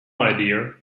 idea